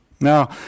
Now